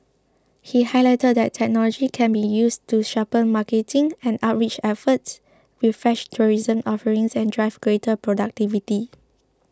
he highlighted that technology can be used to sharpen marketing and outreach efforts refresh tourism offerings and drive greater productivity